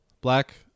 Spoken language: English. black